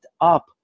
up